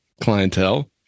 clientele